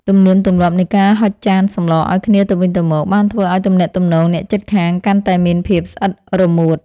ទំនៀមទម្លាប់នៃការហុចចានសម្លឱ្យគ្នាទៅវិញទៅមក បានធ្វើឱ្យទំនាក់ទំនងអ្នកជិតខាងកាន់តែមានភាពស្អិតរមួត។